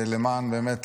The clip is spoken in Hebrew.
באמת,